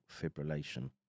fibrillation